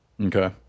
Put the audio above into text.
okay